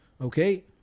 Okay